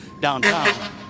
downtown